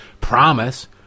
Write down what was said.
promise